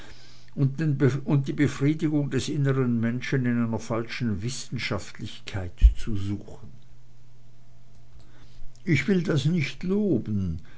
und die befriedigung des inneren menschen in einer falschen wissenschaftlichkeit zu suchen ich will das nicht loben